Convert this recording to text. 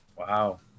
wow